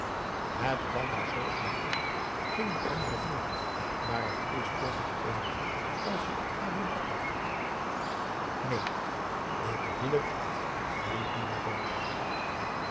het kwam maar zoo in mij op ging de andere voort maar het is toch nog het eenige als je het aboe bakar neen ik wil niet riep minah boos